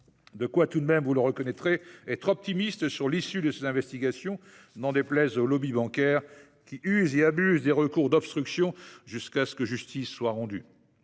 » Il y a là de quoi, vous le reconnaîtrez, être optimiste sur l'issue de ces investigations, n'en déplaise au lobby bancaire, qui use et abuse des recours d'obstruction jusqu'à ce que justice soit rendue